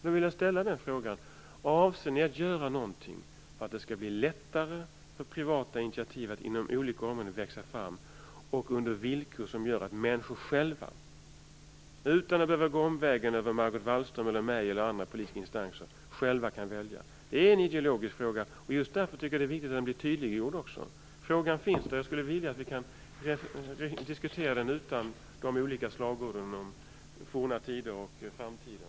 Nu vill jag ställa frågan: Avser ni att göra något för att det skall bli lättare för privata initiativ att växa fram inom olika områden och under villkor som gör att människor själva kan välja, utan att behöva gå omvägen över Margot Wallström eller mig eller andra politiska instanser? Det är en ideologisk fråga, och just därför är det viktigt att den blir tydliggjord. Frågan finns där, och jag skulle vilja att vi kunde diskutera den utan olika slagord om forna tider och framtiden.